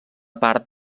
part